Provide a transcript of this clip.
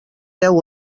deu